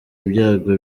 ibyago